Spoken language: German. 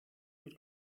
mit